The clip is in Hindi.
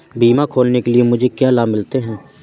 बीमा खोलने के लिए मुझे क्या लाभ मिलते हैं?